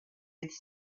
with